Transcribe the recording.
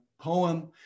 poem